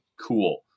cool